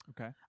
Okay